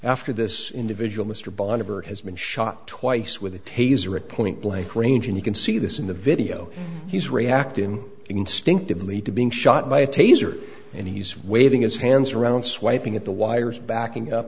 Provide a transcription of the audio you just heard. after this individual mr barber has been shot twice with a taser at point blank range and you can see this in the video he's reacting instinctively to being shot by a taser and he's waving his hands around swiping at the wires backing up